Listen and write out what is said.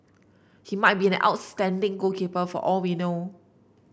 he might be an outstanding goalkeeper for all we know